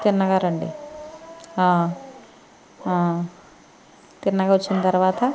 తిన్నగా రండి తిన్నగా వచ్చిన తర్వాత